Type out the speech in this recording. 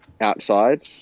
outside